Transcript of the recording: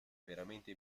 veramente